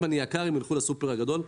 אם אני יקר הם ילכו לסופר הגדול,